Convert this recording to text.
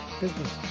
business